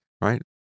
right